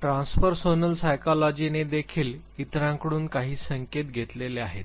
transpersonal सायकोलॉजीने देखील इतरांकडून काही संकेत घेतलेले आहेत